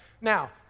now